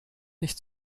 nicht